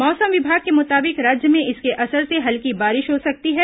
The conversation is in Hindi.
मौसम विभाग के मुताबिक राज्य में इसके असर से हल्की बारिश हो सकती है